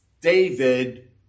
David